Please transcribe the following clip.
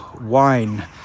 wine